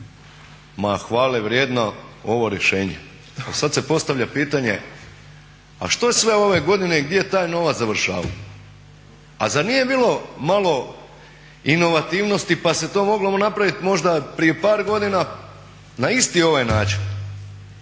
ma hvalevrijedno je ovo rješenje. Ali sad se postavlja pitanje a što je sve ove godine i gdje je taj novac završavao, a zar nije bilo malo inovativnosti pa se to moglo napravit možda prije par godina na isti ovaj način?